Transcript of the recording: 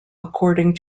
according